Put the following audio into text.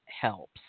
helps